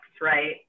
right